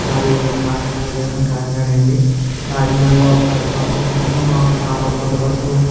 మాది కాకినాడ జిల్లా కాకినాడ అండి కాకినాడలో కలెక్టర్ ఆఫీస్ నుంచి మాకు సామర్లకోట వరకు